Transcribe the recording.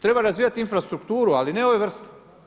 Treba razvijati infrastrukturu ali ne ove vrste.